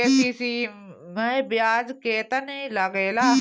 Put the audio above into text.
KCC मै ब्याज केतनि लागेला?